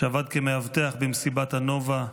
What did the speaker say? שעבד כמאבטח במסיבת הנובה,